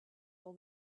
all